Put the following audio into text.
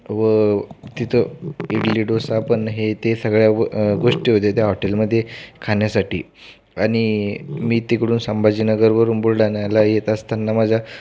व तिथं इडली डोसा पण हे ते सगळ्या गोष्टी होत्या त्या हॉटेलमध्ये खाण्यासाठी आणि मी तिकडून संभाजीनगरवरून बुलढाण्याला येत असताना माझ्या